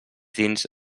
dins